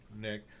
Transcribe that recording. Nick